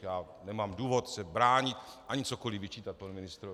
Já nemám důvod se bránit ani cokoliv vyčítat panu ministrovi.